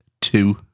Two